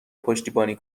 پشتیبانی